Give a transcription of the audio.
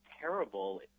terrible